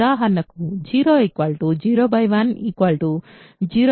ఉదాహరణకు 0 0 1 0 20 R